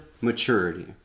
maturity